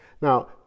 now